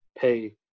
pay